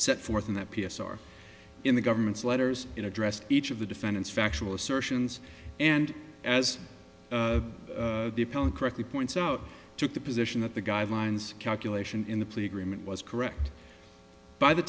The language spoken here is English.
set forth in that p s or in the government's letters in addressed each of the defendants factual assertions and as the appellant correctly points out took the position that the guidelines calculation in the plea agreement was correct by the